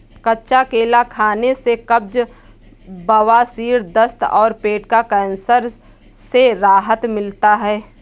कच्चा केला खाने से कब्ज, बवासीर, दस्त और पेट का कैंसर से राहत मिलता है